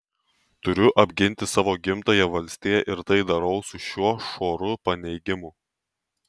turiu apginti savo gimtąją valstiją ir tai darau su šiuo šuoru paneigimų